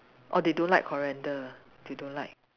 orh they don't like coriander they don't like